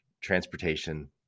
transportation